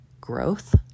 growth